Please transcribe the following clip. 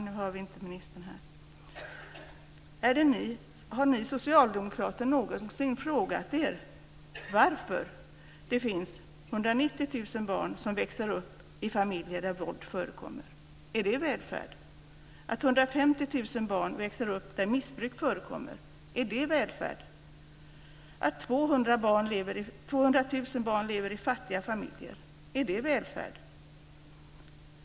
Nu har vi inte ministern här. Har ni socialdemokrater någonsin frågat er varför det finns 190 000 barn som växer upp i familjer där våld förekommer? Är det välfärd? 150 000 barn växer upp där missbruk förekommer. Är det välfärd? 200 000 barn lever i fattiga familjer. Är det välfärd?